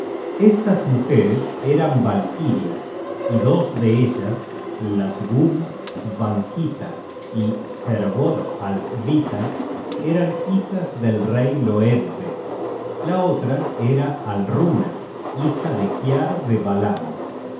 estas mujeres eran valkirias y dos de elhs hladgun svanhvita y hervor allhvita eran hijas del rey loedve la otra era alruna hija de kiar de valand